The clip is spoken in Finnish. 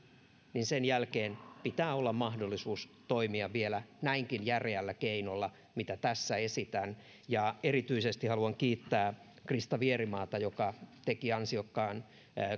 niin sen jälkeen pitää olla mahdollisuus toimia vielä näinkin järeällä keinolla mitä tässä esitän erityisesti haluan kiittää krista vierimaata joka teki ansiokkaan